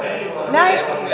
näin